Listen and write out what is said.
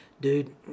dude